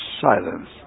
silence